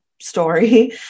story